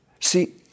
See